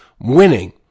winning